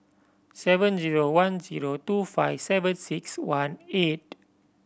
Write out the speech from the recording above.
seven zero one zero two five seven six one eight